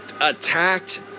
attacked